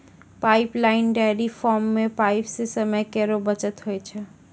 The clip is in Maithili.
पाइपलाइन डेयरी फार्म म पाइप सें समय केरो बचत होय छै